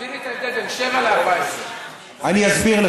תסביר לי את ההבדל בין שבע ל-14.